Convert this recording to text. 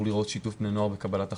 להיראות שיתוף בני נוער בקבלת החלטות.